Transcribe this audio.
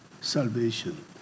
salvation